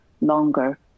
longer